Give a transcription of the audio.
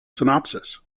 synopsis